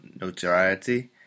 notoriety